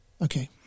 Okay